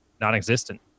non-existent